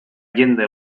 jende